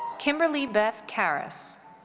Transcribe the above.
kimberly beth caras.